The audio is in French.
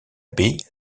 baie